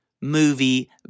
movie